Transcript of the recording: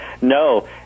No